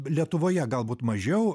lietuvoje galbūt mažiau